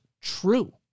true